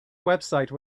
website